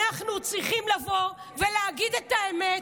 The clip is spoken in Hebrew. אנחנו צריכים לבוא ולהגיד את האמת,